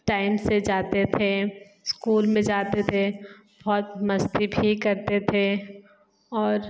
time से जाते थे स्कूल में जाते थे बहुत मस्ती भी करते थे और